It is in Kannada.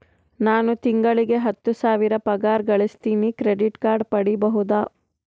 ನಾನು ತಿಂಗಳಿಗೆ ಹತ್ತು ಸಾವಿರ ಪಗಾರ ಗಳಸತಿನಿ ಕ್ರೆಡಿಟ್ ಕಾರ್ಡ್ ಪಡಿಬಹುದಾ?